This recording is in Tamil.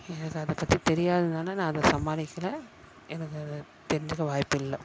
எனக்கு அதை பற்றி தெரியாததுனால நான் அதை சமாளிக்கலை எனக்கு தெரிஞ்சுக்க வாய்ப்பு இல்லை